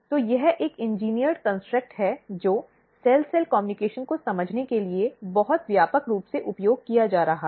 तो यह एक इंजीनियर निर्माण है जो सेल सेल संचार को समझने के लिए बहुत व्यापक रूप से उपयोग किया जा रहा है